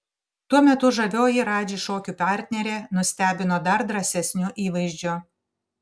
tuo metu žavioji radži šokių partnerė nustebino dar drąsesniu įvaizdžiu